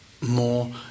more